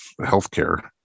healthcare